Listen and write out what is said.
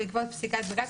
בעקבות פסיקת בג"ץ,